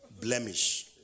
blemish